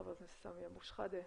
חבר הכנסת סמי אבו שחאדה,